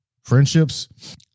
friendships